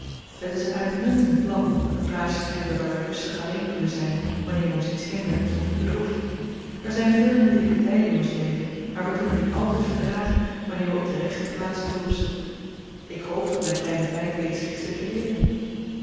het is een uitmuntend plan een plaatsje te hebben waar wij rustig alleen kunnen zijn wanneer ons iets hindert of bedroeft er zijn veel moeilijke tijden in ons leven maar we kunnen die altijd verdragen wanneer wij op de rechte plaats hulp zoeken ik hoop dat mijn kleine meid bezig is dit te leeren